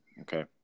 Okay